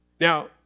Now